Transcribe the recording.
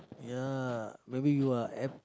ya maybe you are at